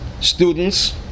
Students